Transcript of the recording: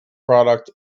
product